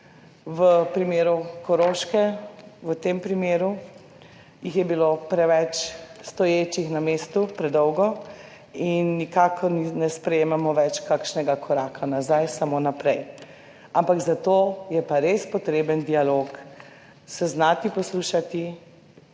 v primeru Koroške, v tem primeru jih je bilo preveč stoječih na mestu, predolgo in nikakor ne sprejemamo več kakšnega koraka nazaj, samo naprej. Ampak za to je pa res potreben dialog, se znati poslušati,